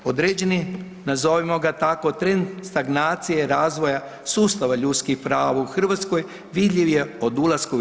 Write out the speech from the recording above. Određeni, nazovimo ga tako trend stagnacije razvoja sustava ljudskih prava u Hrvatskoj vidljiv je od ulaska u EU.